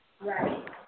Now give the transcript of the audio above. Right